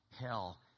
hell